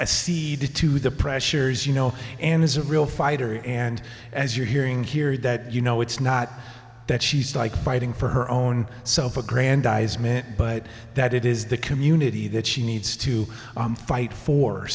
ceded to the pressures you know and as a real fighter and as you're hearing here that you know it's not that she's like fighting for her own self aggrandizement but that it is the community that she needs to fight for